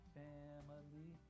family